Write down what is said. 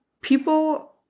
People